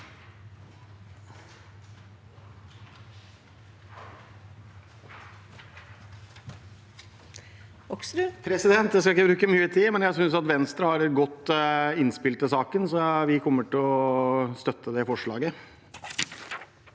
Jeg skal ikke bruke mye tid. Jeg synes Venstre har et godt innspill til saken, så vi kommer til å støtte deres forslag.